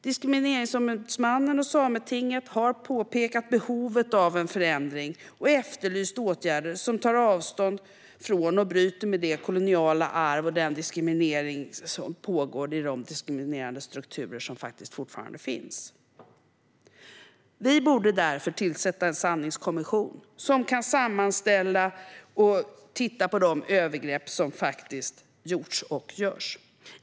Diskrimineringsombudsmannen och Sametinget har påpekat behovet av en förändring och har efterlyst åtgärder som tar avstånd från och bryter med det koloniala arv och den diskriminering som pågår i de diskriminerande strukturer som faktiskt fortfarande finns. Vi borde därför tillsätta en sanningskommission som kan sammanställa och titta på de övergrepp som har gjorts och görs.